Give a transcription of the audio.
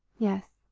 yes,